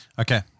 Okay